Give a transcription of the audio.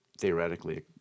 theoretically